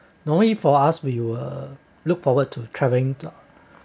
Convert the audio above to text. normally for us we were look forward to travelling to